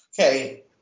okay